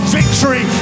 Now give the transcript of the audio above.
victory